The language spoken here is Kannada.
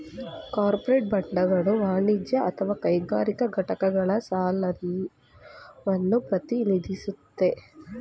ಕಾರ್ಪೋರೇಟ್ ಬಾಂಡ್ಗಳು ವಾಣಿಜ್ಯ ಅಥವಾ ಕೈಗಾರಿಕಾ ಘಟಕಗಳ ಸಾಲವನ್ನ ಪ್ರತಿನಿಧಿಸುತ್ತೆ